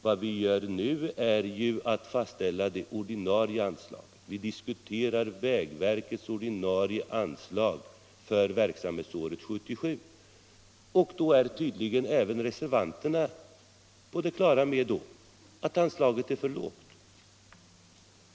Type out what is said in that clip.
Vad vi gör nu är att diskutera vägverkets ordinarie anslag för verksamhetsåret 1977, och då är tydligen även reservanterna på det klara med att anslaget är för lågt.